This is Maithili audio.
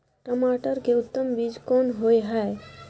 टमाटर के उत्तम बीज कोन होय है?